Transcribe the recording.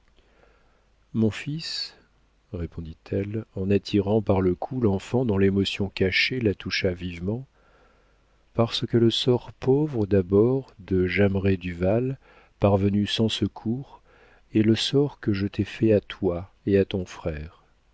mon fils répondit-elle en attirant par le cou l'enfant dont l'émotion cachée la toucha vivement parce que le sort pauvre d'abord de jameray duval parvenu sans secours est le sort que je t'ai fait à toi et à ton frère